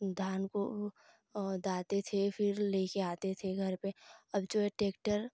धान को दाते थे फिर ले कर आते थे घर पर अब जो है ट्रैक्टर